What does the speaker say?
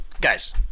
Guys